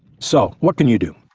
so what can you do?